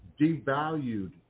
devalued